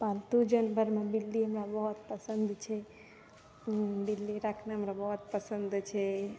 पालतु जानवरमे बिल्ली हमरा बहुत पसन्द छै बिल्ली राखनाइ हमरा बहुत पसन्द छै